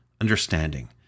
understanding